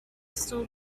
still